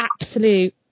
absolute